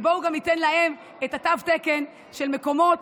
ובואו גם ניתן להם את תו התקן של המקומות,